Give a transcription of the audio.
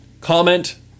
comment